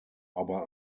aber